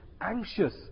Anxious